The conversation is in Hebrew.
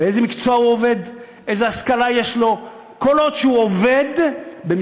באיזה מקצוע הוא עובד, איזו השכלה יש לו.